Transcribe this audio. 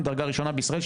מדרגה ראשונה בישראל,